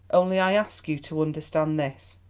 only i ask you to understand this,